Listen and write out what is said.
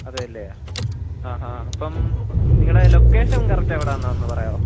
അതെയല്ലേ ആഹാ അപ്പം നിങ്ങളുടെ ലൊക്കേഷൻ കറക്റ്റ് എവിടെയാണെന്ന് ഒന്ന് പറയാമോ